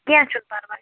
کیٚنہہ چھُنہٕ پرواے